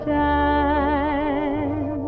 time